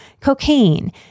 cocaine